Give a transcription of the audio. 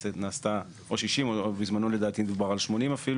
אם נוכל לקבל נתונים שמצביעים על כך שיש